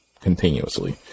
continuously